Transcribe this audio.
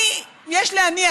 יש להניח,